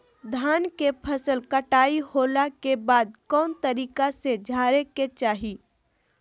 धान के फसल कटाई होला के बाद कौन तरीका से झारे के चाहि?